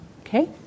Okay